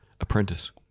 apprentice